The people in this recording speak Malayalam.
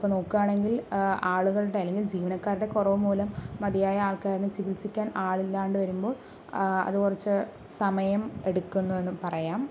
അപ്പോൾ നോക്കുകയാണെങ്കിൽ ആളുകളുടെ അല്ലെങ്കിൽ ജീവനക്കാരുടെ കുറവു മൂലം മതിയായ ആൾക്കാരെ ചികിത്സിക്കാൻ ആളില്ലാണ്ട് വരുമ്പോൾ അത് കുറച്ച് സമയം എടുക്കുന്നുവെന്ന് പറയാം